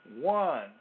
one